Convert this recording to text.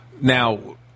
Now